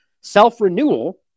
Self-renewal